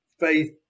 faith